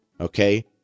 Okay